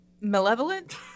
Malevolent